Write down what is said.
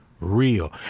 real